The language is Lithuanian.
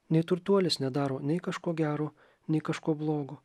nei turtuolis nedaro nei kažko gero nei kažko blogo